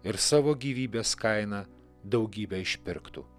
ir savo gyvybės kaina daugybę išpirktų